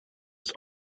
its